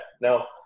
now